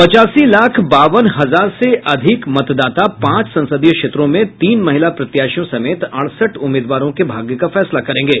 पचासी लाख बावन हजार से अधिक मतदाता पांच संसदीय क्षेत्रों में तीन महिला प्रत्याशियों समेत अड़सठ उम्मीदवारों के भाग्य का फैसला करेंगे